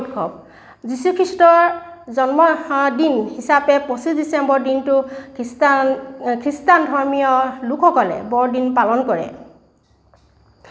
যিচুখ্ৰীষ্টৰ জন্মদিন হিচাপে পঁচিছ ডিচেম্বৰ দিনটো খ্ৰীষ্টান খ্ৰীষ্টানধৰ্মীয় লোকসকলে বৰদিন পালন কৰে